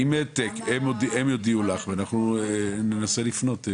הם יודיעו לך ואנחנו ננסה לפנות,